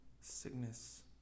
Sickness